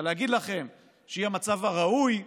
אבל להגיד לכם שהיא המצב הראוי?